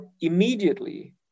immediately